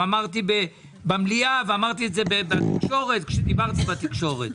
אמרתי במליאה ואמרתי את זה בתקשורת כשדיברתי בתקשורת.